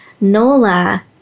Nola